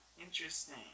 Interesting